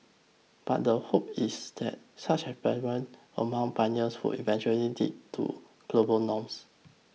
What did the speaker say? but the hope is that such among pioneers would eventually lead to global norms